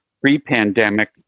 pre-pandemic